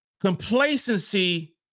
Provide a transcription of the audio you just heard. complacency